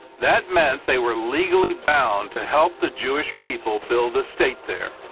that meant they were legally bound to help the jewish people build a state there.